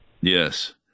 Yes